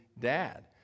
dad